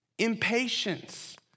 impatience